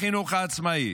לחינוך העצמאי,